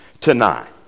tonight